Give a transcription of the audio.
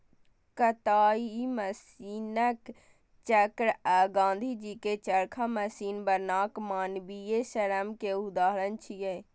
कताइ मशीनक चक्र आ गांधीजी के चरखा मशीन बनाम मानवीय श्रम के उदाहरण छियै